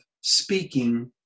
speaking